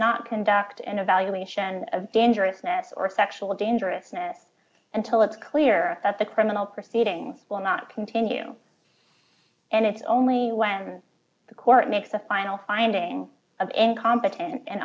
not conduct an evaluation of vangelis that or sexual dangerousness until it's clear that the criminal proceedings will not continue and it's only when the court makes the final finding of incompetence and